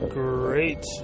great